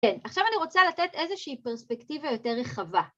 כן, עכשיו אני רוצה לתת איזושהי פרספקטיבה יותר רחבה.